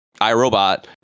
iRobot